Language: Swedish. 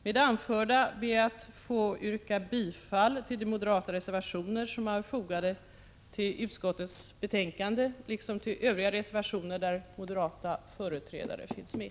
Med det anförda ber jag att få yrka bifall till de moderata reservationer som är fogade till utskottets betänkande liksom till övriga reservationer där moderata företrädare finns med.